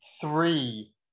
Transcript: three